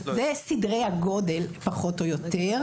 זה סדרי הגודל פחות או יותר.